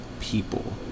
people